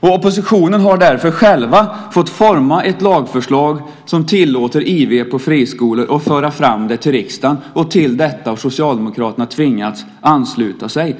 Oppositionen har därför själv fått forma ett lagförslag som tillåter IV på friskolor och föra fram det till riksdagen. Till detta har Socialdemokraterna tvingats ansluta sig.